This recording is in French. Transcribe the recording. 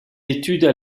études